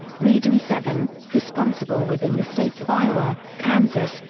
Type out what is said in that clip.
region seven responsible within the states of iowa, kansas,